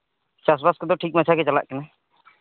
ᱪᱟᱥᱵᱟᱥ ᱠᱚᱫᱚ ᱴᱷᱤᱠ ᱢᱟᱪᱷᱟ ᱜᱮ ᱪᱟᱞᱟᱜ ᱠᱟᱱᱟ